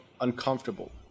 uncomfortable